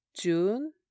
June